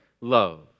love